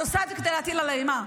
היא עושה את זה כדי להטיל עליי אימה,